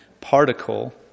particle